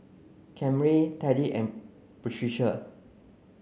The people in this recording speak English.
Camryn Teddy and Patricia